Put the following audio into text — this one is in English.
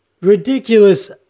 Ridiculous